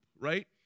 right